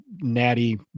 Natty